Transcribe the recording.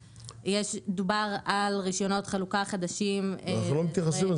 דובר על רישיונות חלוקה חדשים --- אנחנו לא מתייחסים,